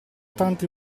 tanti